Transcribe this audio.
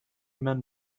men